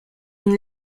une